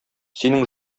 синең